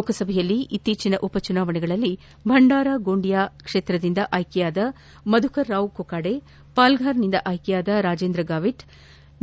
ಲೋಕಸಭೆಯಲ್ಲಿ ಇತ್ತೀಚನ ಉಪ ಚುನಾವಣೆಗಳಲ್ಲಿ ಭಂಢಾರ ಗೊಂಡೀಯಾ ಕ್ಷೇತ್ರದಿಂದ ಆಯ್ತೆಯಾದ ಮಧುಕರ್ರಾವ್ ಕುಕಾಡೆ ಪಾಲ್ಗಾರ್ನಿಂದ ಆಯ್ಲೆಯಾದ ರಾಜೇಂದ್ರ ಗಾವಿತ್